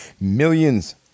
millions